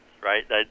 right